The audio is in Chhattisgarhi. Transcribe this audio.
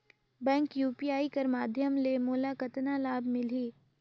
बैंक यू.पी.आई कर माध्यम ले मोला कतना लाभ मिली?